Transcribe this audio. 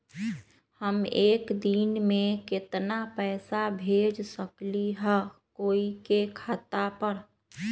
हम एक दिन में केतना पैसा भेज सकली ह कोई के खाता पर?